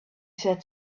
said